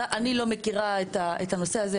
אני לא מכירה את הנושא הזה.